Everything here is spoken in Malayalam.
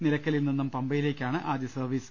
നിലയ്ക്കലിൽ നിന്നും പമ്പയിലേയ്ക്കാണ് ആദ്യ സർവീ സ്